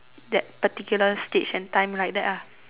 that particular stage and time like that ah